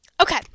okay